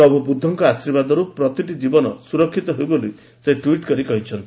ପ୍ରଭୁ ବୁଦ୍ଧଙ୍କ ଆଶୀର୍ବାଦରୁ ପ୍ରତିଟି ଜୀବନ ସ୍ରର୍କିତ ହେଉ ବୋଲି ସେ ଟ୍ୱିଟ୍ କରି କହିଛନ୍ତି